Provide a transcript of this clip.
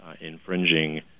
infringing